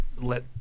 let